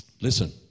Listen